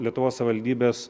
lietuvos savivaldybės